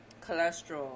cholesterol